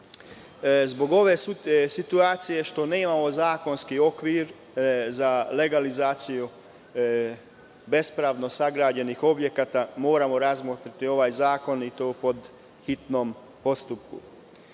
ove situacije što nemamo zakonski okvir za legalizaciju bespravno sagrađenih objekata, moramo razmotriti ovaj zakon i to po hitnom postupku.U